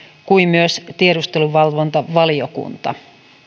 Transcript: kuin myös tiedusteluvalvontavaliokunta